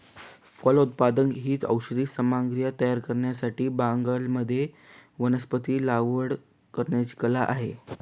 फलोत्पादन ही औषधी सामग्री तयार करण्यासाठी बागांमध्ये वनस्पतींची लागवड करण्याची कला आहे